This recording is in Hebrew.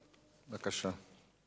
בבקשה.